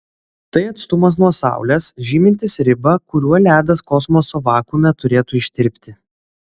tai atstumas nuo saulės žymintis ribą kuriuo ledas kosmoso vakuume turėtų ištirpti